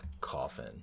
coffin